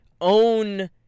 own